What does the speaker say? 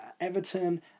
Everton